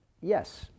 yes